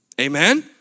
Amen